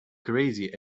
crazy